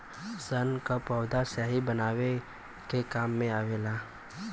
सन क पौधा स्याही बनवले के काम मे आवेला